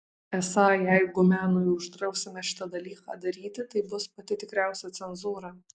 esą jeigu menui uždrausime šitą dalyką daryti tai bus pati tikriausia cenzūra